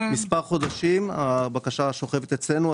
מספר חודשים הבקשה שוכבת אצלנו.